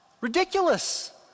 ridiculous